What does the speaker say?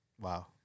Wow